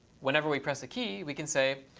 whenever we press a key we can say,